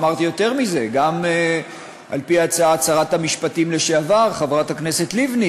אמרתי יותר מזה: גם על-פי הצעת שרת המשפטים לשעבר חברת הכנסת לבני,